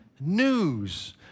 news